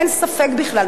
אין ספק בכלל,